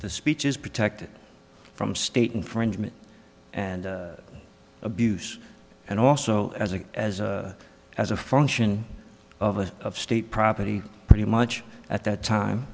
the speech is protected from state infringement and abuse and also as a as a as a function of state property pretty much at that time